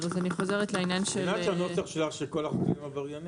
את יודעת שהנוסח שלך שכל --- עבריינים?